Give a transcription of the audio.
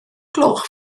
gloch